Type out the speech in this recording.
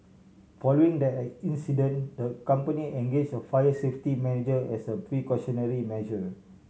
following that incident the company engaged a fire safety manager as a precautionary measure